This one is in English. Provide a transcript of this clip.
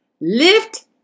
lift